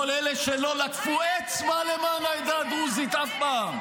כל אלה שלא נקפו אצבע למען העדה הדרוזית אף פעם.